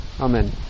Amen